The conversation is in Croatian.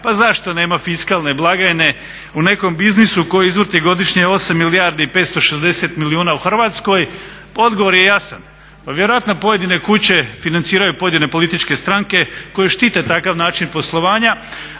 pa zašto nema fiskalne blagajne u nekom biznisu koji izvrti godišnje 8 milijardi i 560 milijuna u Hrvatskoj? Pa odgovor je jasan, pa vjerojatno pojedine kuće financiraju pojedine političke stranke koje štete takav način poslovanja,